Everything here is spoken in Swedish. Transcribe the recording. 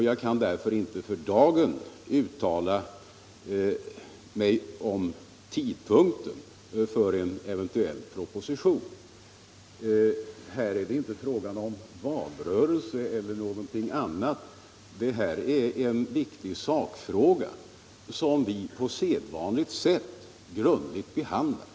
Jag kan därför inte för dagen uttala mig om tidpunkten för framläggandet av en eventuell proposition. Här är det ju inte fråga om hänsynstagande till en valrörelse utan om en viktig sakfråga som vi på sedvanligt sätt grundligt behandlar.